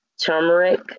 turmeric